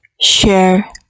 share